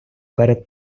перед